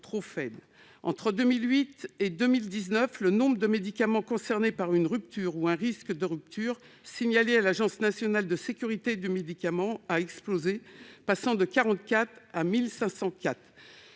trop faibles. Entre 2008 et 2019, le nombre de médicaments concernés par une rupture ou un risque de rupture signalés à l'Agence nationale de sécurité du médicament et des produits de santé